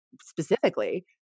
specifically